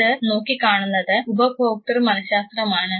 ഇത് നോക്കി കാണുന്നത് ഉപഭോക്തൃ മനഃശാസ്ത്രം ആണ്